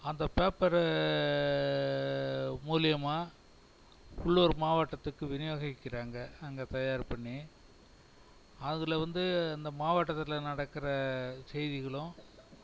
அந்த பேப்பரு மூலியமாக உள்ளூர் மாவட்டத்துக்கு விநியோகிக்கிறாங்க அங்கே தயார் பண்ணி அதில் வந்து இந்த மாவட்டத்தில் நடக்கிற செய்திகளும்